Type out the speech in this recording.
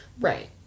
Right